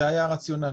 זה היה הרציונל.